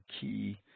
key